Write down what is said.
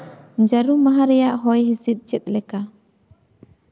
ᱡᱟᱹᱨᱩᱢ ᱢᱟᱦᱟ ᱨᱮᱭᱟᱜ ᱦᱚᱭ ᱦᱤᱥᱤᱫ ᱪᱮᱫ ᱞᱮᱠᱟ